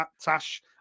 Tash